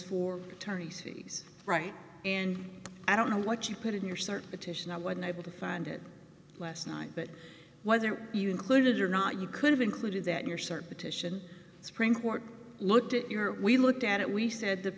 for attorneys fees right and i don't know what you put in your search petition i wasn't able to find it last night but was there you included or not you could have included that your circuit ition supreme court looked at your we looked at it we said the